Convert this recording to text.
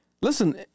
Listen